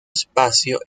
espacio